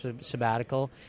sabbatical